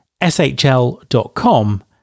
shl.com